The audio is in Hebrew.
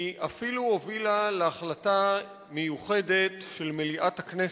היא אפילו הובילה להחלטה מיוחדת של מליאת הכנסת.